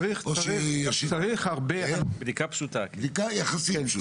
אלא זו בדיקה יחסית פשוטה.